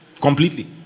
completely